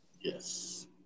Yes